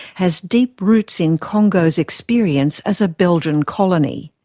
has deep roots in congo's experience as a belgian colony.